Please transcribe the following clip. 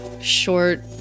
short